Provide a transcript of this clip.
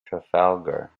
trafalgar